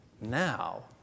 now